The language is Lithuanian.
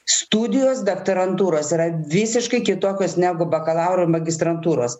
studijos daktarantūros yra visiškai kitokios negu bakalauro ir magistrantūros